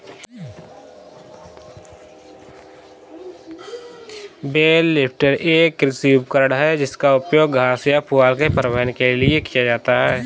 bell lifter एक कृषि उपकरण है जिसका उपयोग घास या पुआल के परिवहन के लिए किया जाता है